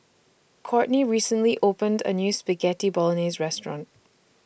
Courtney recently opened A New Spaghetti Bolognese Restaurant